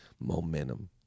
momentum